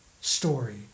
story